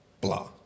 blah